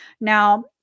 Now